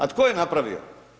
A tko je napravio?